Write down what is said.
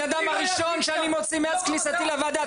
אדם הראשון שאני מוציא מאז כניסתי לוועדה,